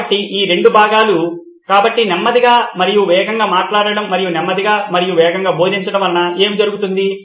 కాబట్టి ఈ రెండు భాగాలు కాబట్టి నెమ్మదిగా మరియు వేగంగా మాట్లాడటం మరియు నెమ్మదిగా మరియు వేగంగా బోధించడం వలన ఏమి జరుగుతుంది